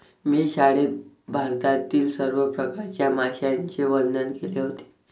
मी शाळेत भारतातील सर्व प्रकारच्या माशांचे वर्णन केले होते